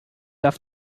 darf